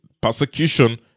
persecution